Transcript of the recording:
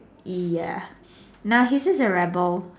ya nah he's just a rebel